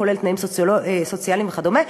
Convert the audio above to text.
כולל תנאים סוציאליים וכדומה.